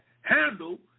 handle